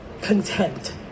content